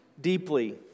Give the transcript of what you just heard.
deeply